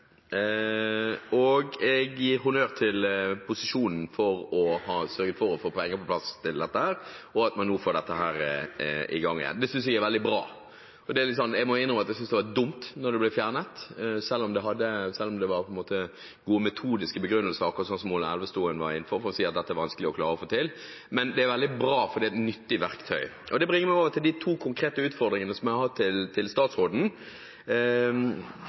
og jeg gir honnør til posisjonen for å ha sørget for å få penger på plass til dette, og for at man nå får dette i gang igjen. Det synes vi er veldig bra. Jeg må innrømme at jeg syntes det var dumt da det ble fjernet, selv om det på en måte var gode metodiske begrunnelser – slik Ola Elvestuen akkurat var inne på – for å si at dette er det vanskelig å klare å få til. Men det er veldig bra, for det er et nyttig verktøy. Det bringer meg over til de to konkrete utfordringene som jeg har hatt til statsråden,